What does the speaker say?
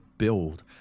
build